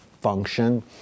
function